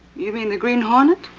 you mean the green hornet?